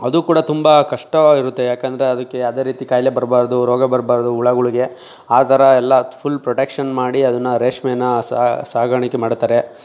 ಅದು ಕೂಡ ತುಂಬಾ ಕಷ್ಟವಾಗಿರುತ್ತೆ ಯಾಕೆಂದ್ರೆ ಅದಕ್ಕೆ ಯಾವ್ದೇ ರೀತಿ ಕಾಯಿಲೆ ಬರಬಾರ್ದು ರೋಗ ಬರಬಾರ್ದು ಹುಳಗಳ್ಗೆ ಆ ಥರ ಎಲ್ಲ ಫುಲ್ ಪ್ರೊಟೆಕ್ಷನ್ ಮಾಡಿ ಅದನ್ನು ರೇಷ್ಮೆನ್ನ ಸಾಗಾಣಿಕೆ ಮಾಡುತ್ತಾರೆ